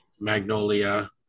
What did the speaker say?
Magnolia